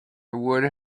would